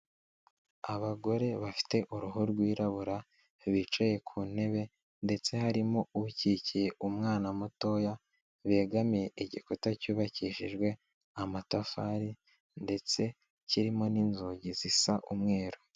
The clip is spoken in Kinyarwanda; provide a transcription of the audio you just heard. Abagore bafite uruhu rwirabura bicaye ku ntebe, ndetse harimo ukikiye umwana mutoya begamiye igikuta cyubakishijwe amatafari, ndetse kirimo n'inzugi zisa umweru.